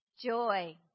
Joy